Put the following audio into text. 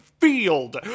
field